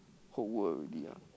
whole world already ah